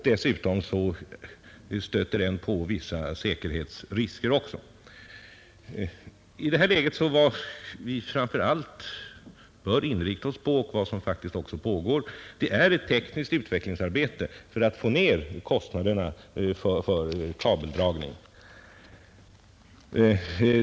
Dessutom medför den vissa säkerhetsrisker. Vad vi i detta läge framför allt bör inrikta oss på — något som faktiskt också pågår — är ett tekniskt utvecklingsarbete för att få ned kostnaderna för kabeldragning.